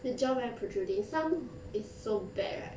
the jaw very protruding some is so bad right